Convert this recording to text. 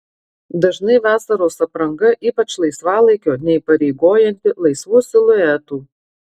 dažnai vasaros apranga ypač laisvalaikio neįpareigojanti laisvų siluetų